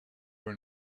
were